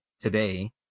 today